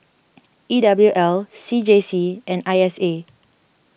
E W L C J C and I S A